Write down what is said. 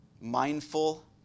mindful